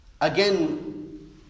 again